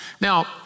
Now